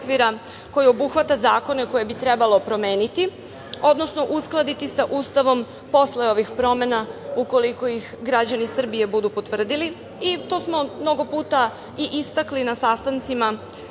koji obuhvata zakone koje bi trebalo promeniti, odnosno uskladiti sa Ustavom posle ovih promena, ukoliko ih građani Srbije budu potvrdili, i to smo i istakli na sastancima